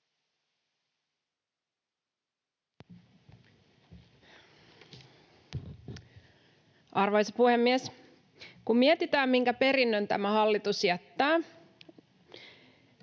Arvoisa puhemies! Kun mietitään, minkä perinnön tämä hallitus jättää,